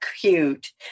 cute